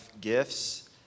gifts